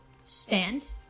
stand